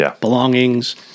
belongings